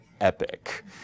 epic